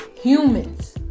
humans